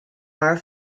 are